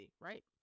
right